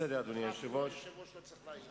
לך היושב-ראש לא צריך להעיר,